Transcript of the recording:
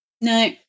No